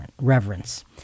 reverence